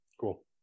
cool